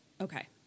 Okay